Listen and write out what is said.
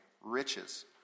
riches